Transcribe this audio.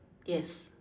yes